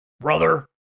Brother